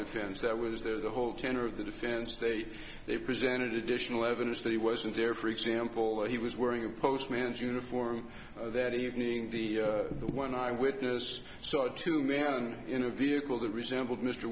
defense that was there the whole tenor of the defense they they presented additional evidence that he wasn't there for example he was wearing a post man's uniform that evening the one eye witness saw two man in a vehicle that resembled mr